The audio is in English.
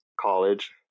college